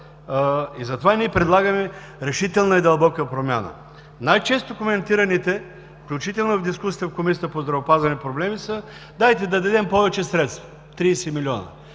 Затова ние предлагаме решителна и дълбока промяна. Най-често коментираните, включително в дискусията в Комисията по здравеопазването, проблеми са „Дайте да дадем повече средства“ – 30 милиона,